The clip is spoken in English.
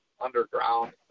underground